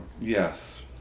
Yes